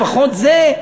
לפחות זה,